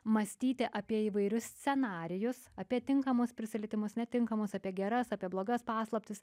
mąstyti apie įvairius scenarijus apie tinkamas prisilietimas netinkamas apie geras apie blogas paslaptis